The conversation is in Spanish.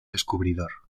descubridor